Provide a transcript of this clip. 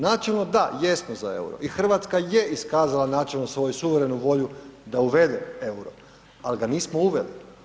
Načelno da, jesmo za euro i Hrvatska je iskazala načelno svoju suverenu volju da uvede euro ali ga nismo uveli.